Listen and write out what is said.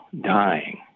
dying